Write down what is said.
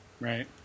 Right